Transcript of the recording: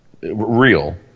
real